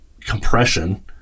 compression